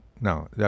No